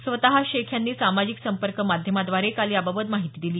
स्वतः शेख यांनी सामाजिक संपर्क माध्यमाद्वारे काल याबाबत माहिती दिली